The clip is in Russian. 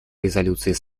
резолюций